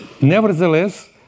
Nevertheless